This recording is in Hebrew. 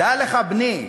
"דע לך, בני",